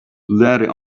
landing